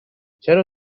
چرا